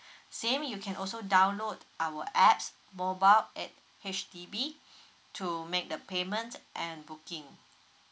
same you can also download our apps mobile at H_D_B to make the payments and booking